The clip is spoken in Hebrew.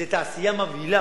זו תעשייה מבהילה,